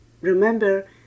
remember